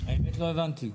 לא הבנתי.